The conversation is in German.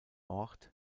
ort